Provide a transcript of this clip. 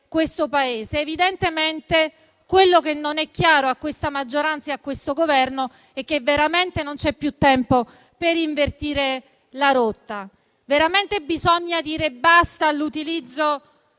questo Paese. Quello che non è chiaro a questa maggioranza e a questo Governo è che veramente non c'è più tempo per invertire la rotta. Bisogna dire basta all'utilizzo